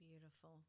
Beautiful